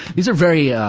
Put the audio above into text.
theses are very, ah,